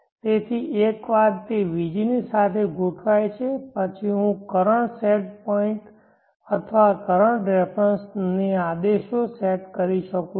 તેથી એકવાર તે vg ની સાથે ગોઠવાય છે પછી હું કરંટ સેટ પોઇન્ટ અથવા કરંટ રેફરન્સ ને આદેશો સેટ કરી શકું છું